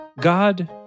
God